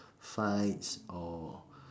fights or